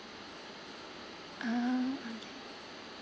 (uh huh) okay K